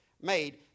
made